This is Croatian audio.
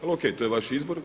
Ali ok, to je vaš izbor.